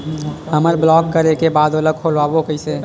हमर ब्लॉक करे के बाद ओला खोलवाबो कइसे?